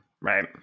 right